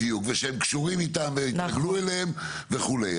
בדיוק, ושהם קשורים איתם והתרגלו עליהם וכולי.